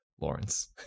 Lawrence